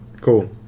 Cool